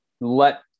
let